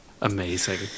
Amazing